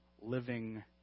living